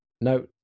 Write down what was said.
no